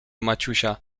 maciusia